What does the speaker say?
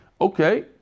Okay